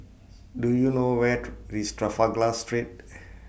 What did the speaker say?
Do YOU know Where IS Street